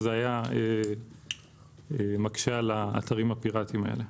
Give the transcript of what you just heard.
זה היה מקשה על האתרים הפיראטיים האלה.